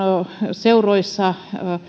seuroissa